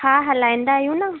हा हलाईंदा आहियूं न